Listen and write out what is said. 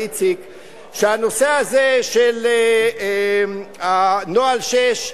שהנושא הזה של נוהל 6,